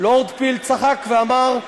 לורד פיל צחק, ואמר: